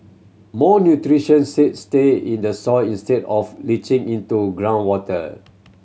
more nutrition say stay in the soil instead of leaching into groundwater